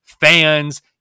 fans